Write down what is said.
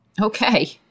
Okay